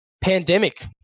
Pandemic